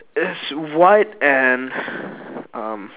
it's white and um